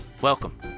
Welcome